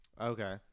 Okay